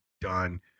done